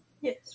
yes